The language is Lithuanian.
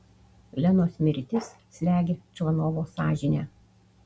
lenos mirtis slegia čvanovo sąžinę